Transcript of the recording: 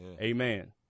Amen